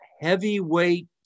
heavyweight